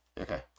Okay